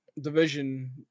division